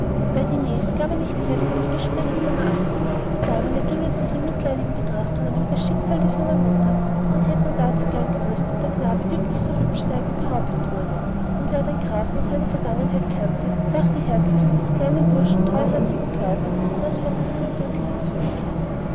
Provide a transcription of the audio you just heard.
diners gab er nicht selten das gesprächsthema ab die damen ergingen sich in mitleidigen betrachtungen über das schicksal der jungen mutter und hätten gar zu gern gewußt ob der knabe wirklich so hübsch sei wie behauptet wurde und wer den grafen und seine vergangenheit kannte lachte herzlich über des kleinen burschen treuherzigen glauben an seines großvaters güte und liebenswürdigkeit